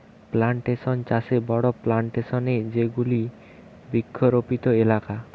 plantation চাষে বড়ো plantation এ যেগুলি বৃক্ষরোপিত এলাকা